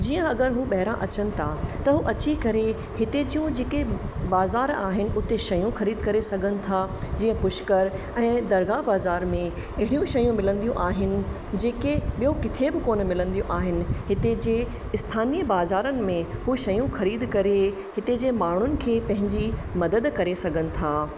जीअं अगरि उहे ॿाहिरां अचनि था त उहे अची करे हिते जूं जे के बाज़ारि आहिनि हुते शयूं खरीद करे सघन था जीअं पुष्कर ऐं दरगाह बज़ार में अहिड़ियूं शयूं मिलंदियूं आहिनि जे के ॿियो किथे ब कोन मिलंदियूं आहिनि हिते जे स्थानीअ बाज़ारनि में उहे शयूं ख़रीद करे हिते जे माण्हुनि खे पंहिंजी मदद करे सघनि था